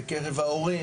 בקרב ההורים,